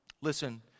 Listen